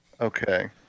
Okay